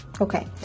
Okay